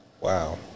Wow